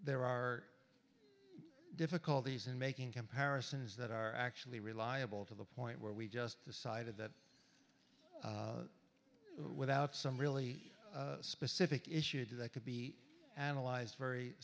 there are difficulties in making comparisons that are actually reliable to the point where we just decided that without some really specific issues that could be analyzed